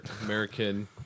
American